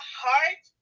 heart